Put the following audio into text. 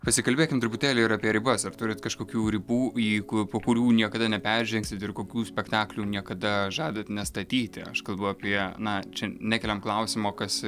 pasikalbėkim truputėlį ir apie ribas ar turit kažkokių ribų jeigu po kurių niekada neperžengsit ir kokių spektaklių niekada žadat nestatyti aš kalbu apie na čia nekeliam klausimo kas